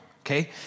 Okay